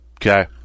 Okay